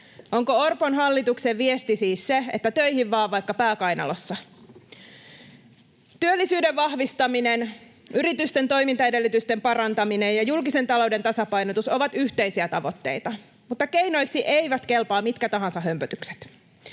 Onko Orpon hallituksen viesti siis se, että töihin vaan vaikka pää kainalossa? Työllisyyden vahvistaminen, yritysten toimintaedellytysten parantaminen ja julkisen talouden tasapainotus ovat yhteisiä tavoitteita, mutta keinoiksi eivät kelpaa mitkä tahansa hömpötykset.